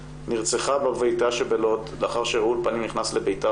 נרצחה בביתה שבלוד לאחר שרעול פנים נכנס לביתה